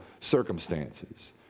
circumstances